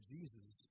Jesus